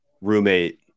roommate